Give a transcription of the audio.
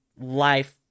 life